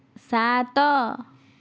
ସାତ